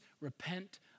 repent